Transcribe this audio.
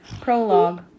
Prologue